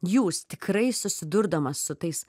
jūs tikrai susidurdamas su tais